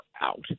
out